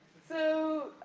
so,